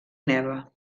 neva